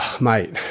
Mate